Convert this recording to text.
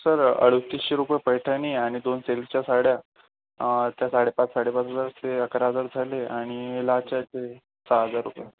sir अडतीसशे रुपये पैठणी आहे आणि दोन सिल्कच्या साड्या त्या साडेपाच साडेपाच हजार ते अकरा हजार झाले आणि लाछाचे सहा हजार रुपये